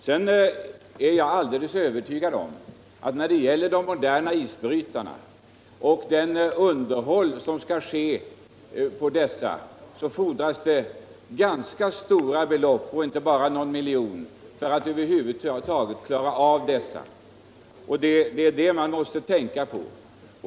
Jag är alldeles övertygad om att det fordras ganska stora belopp — inte bara någon miljon — för att klara det underhåll av de moderna isbrytarna som måste ske. Det måste man tänka på.